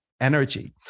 Energy